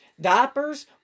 diapers